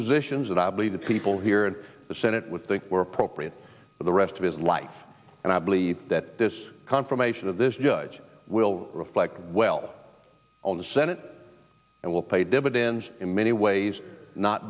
positions that i believe the people here in the senate would think were appropriate for the rest of his life and i believe that this confirmation of this judge will reflect well on the senate and will pay dividends in many ways not